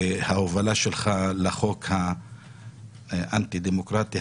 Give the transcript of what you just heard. וההובלה שלך לחוק האנטי דמוקרטי,